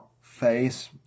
face